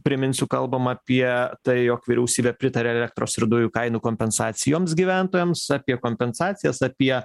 priminsiu kalbam apie tai jog vyriausybė pritarė elektros ir dujų kainų kompensacijoms gyventojams apie kompensacijas apie